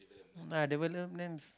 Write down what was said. and develop them